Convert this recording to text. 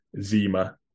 Zima